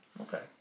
Okay